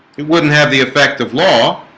it wouldn't have the effect of law